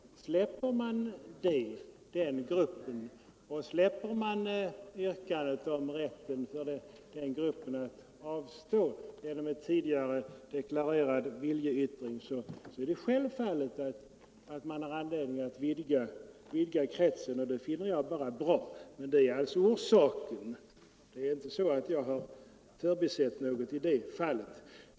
Släpper man yrkandet om rätten för den gruppen att avstå från livsuppehållande insatser genom en tidigare deklarerad viljeyttring och koncentrerar sig på allmänna vårdinsatser är det självfallet att det finns anledning att vidga kretsen. Det är under sådana betingelser bara bra, tycker jag. Mitt ställningstagande hänförde sig till mitt yrkande, och jag har inte förbisett något i det fallet.